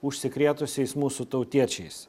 užsikrėtusiais mūsų tautiečiais